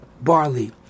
barley